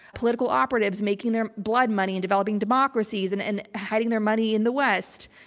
political operatives making their blood money in developing democracies and and hiding their money in the west.